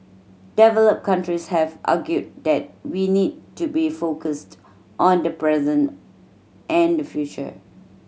developed countries have argued that we need to be focused on the present and the future